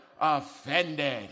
offended